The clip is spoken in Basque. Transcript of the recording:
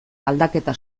aldaketa